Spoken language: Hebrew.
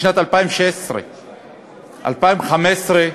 לשנת 2016. ב-2015,